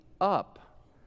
up